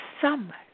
summer